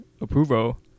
approval